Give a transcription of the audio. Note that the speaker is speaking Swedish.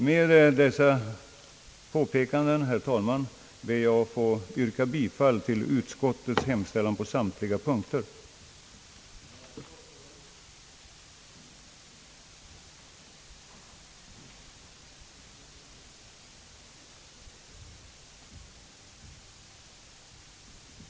Med dessa påpekanden, herr talman, ber jag att få yrka, att utskottets omförmälan lägges till handlingarna med gillande av vad utskottet anfört.